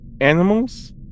animals